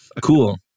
Cool